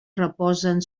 reposen